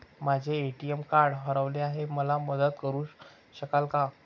माझे ATM card हरवले आहे, मला मदत करु शकाल का?